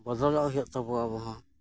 ᱵᱚᱫᱚᱞᱚᱜ ᱦᱩᱭᱩᱜ ᱛᱟᱵᱚᱣᱟ ᱟᱵᱚ ᱦᱚᱸ